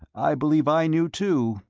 i believe i knew, too,